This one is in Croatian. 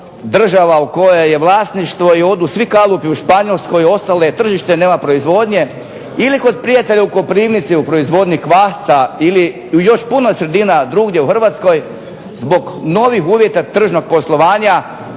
država u kojoj je vlasništvo, i odu svi kalupi u Španjolsku, ostalo je tržište, nema proizvodnje. Ili kod prijatelja u Koprivnici, u proizvodnji kvasca, ili u još puno sredina drugdje u Hrvatskoj, zbog novih uvjeta tržnog poslovanja,